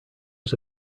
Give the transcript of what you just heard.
was